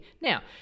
now